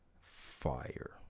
Fire